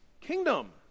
kingdom